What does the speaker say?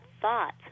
thought